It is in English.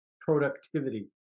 productivity